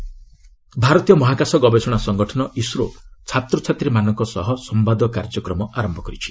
ଇସୋ ଭାରତୀୟ ମହାକାଶ ଗବେଷଣା ସଂଗଠନ ଇସ୍ରୋ ଛାତ୍ରଛାତ୍ରୀମାନଙ୍କ ସହ ସମ୍ଭାଦ କାର୍ଯ୍ୟକ୍ରମ ଆରମ୍ଭ କରିଛି